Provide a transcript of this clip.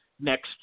next